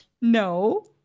No